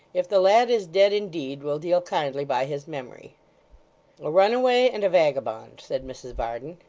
if the lad is dead indeed, we'll deal kindly by his memory a runaway and a vagabond said mrs varden.